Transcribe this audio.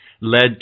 led